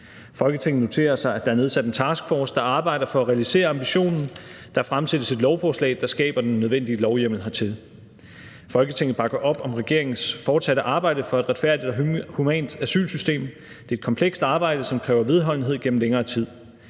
Folketinget noterer sig, at der er nedsat en task force, der arbejder for at realisere ambitionen. Der fremsættes et lovforslag, der skaber den nødvendige lovhjemmel hertil. Folketinget bakker op om regeringens fortsatte arbejde for et retfærdigt og humant asylsystem. Det er et komplekst arbejde, som kræver vedholdenhed gennem længere tid.